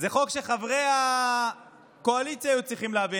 חוק שחברי הקואליציה היו צריכים להביא,